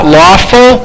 lawful